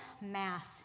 math